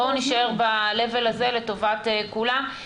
בואו נישאר ב-level הזה לטובת כולם.